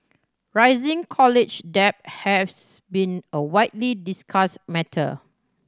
rising college debt haves been a widely discussed matter